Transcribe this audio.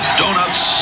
donuts